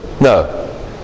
No